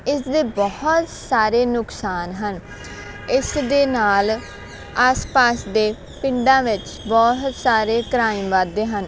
ਇਸ ਦੇ ਬਹੁਤ ਸਾਰੇ ਨੁਕਸਾਨ ਹਨ ਇਸ ਦੇ ਨਾਲ ਆਸ ਪਾਸ ਦੇ ਪਿੰਡਾਂ ਵਿੱਚ ਬਹੁਤ ਸਾਰੇ ਕ੍ਰਾਈਮ ਵੱਧਦੇ ਹਨ